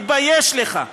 תתבייש לך.